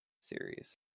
series